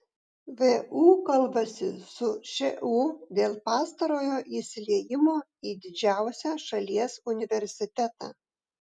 vu kalbasi su šu dėl pastarojo įsiliejimo į didžiausią šalies universitetą